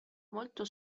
molto